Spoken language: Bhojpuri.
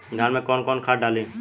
धान में कौन कौनखाद डाली?